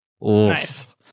nice